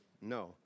No